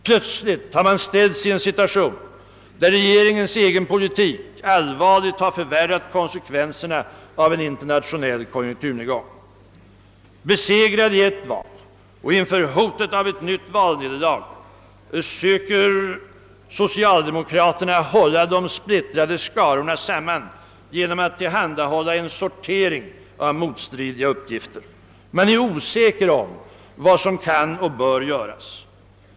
Plötsligt har man ställts i en situation där regeringens egen politik allvarligt har förvärrat konsekvenserna av en internationell konjunkturnedgång. Besegrade i ett val och inför hotet om ett nytt valnederlag, försöker socialdemokraterna hålla de splittrade skarorna samman genom att tillhandahålla en sortering av motstridiga uppgifter. Man är osäker om vad som kan och bör göras.